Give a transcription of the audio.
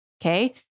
Okay